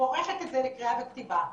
גוררת את זה לקריאה וכתיבה.